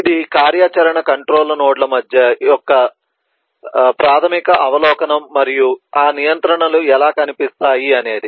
ఇది కార్యాచరణ కంట్రొల్ నోడ్ల యొక్క ప్రాథమిక అవలోకనం మరియు ఆ నియంత్రణలు ఎలా కనిపిస్తాయి అనేది